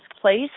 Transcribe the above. place